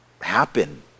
happen